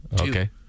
Okay